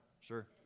sure